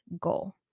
goal